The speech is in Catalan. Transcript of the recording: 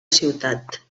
ciutat